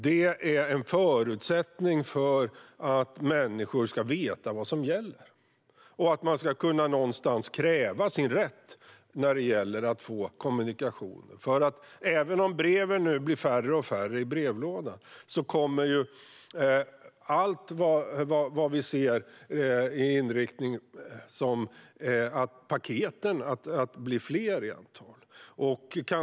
Detta är en förutsättning för att människor ska veta vad som gäller och för att man ska kunna kräva sin rätt vad gäller kommunikation. Även om breven blir färre i brevlådan blir paketen allt fler.